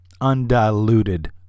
undiluted